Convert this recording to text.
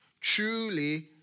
Truly